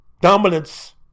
Dominance